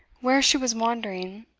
where she was wandering,